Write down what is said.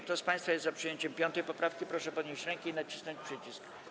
Kto z państwa jest za przyjęciem 5. poprawki, proszę podnieść rękę i nacisnąć przycisk.